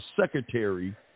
secretary